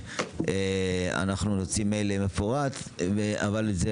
אנחנו נוציא מייל מפורט על המשך הדיון